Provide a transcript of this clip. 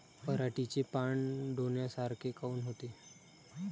पराटीचे पानं डोन्यासारखे काऊन होते?